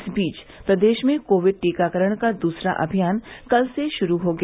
इस बीच प्रदेश में कोविड टीकाकरण का दूसरा अमियान कल से शुरू हो गया